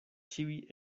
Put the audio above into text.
ĉiuj